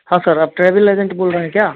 हाँ सर आप travel agent बोल रहे हैं क्या